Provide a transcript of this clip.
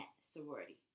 sorority